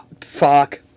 fuck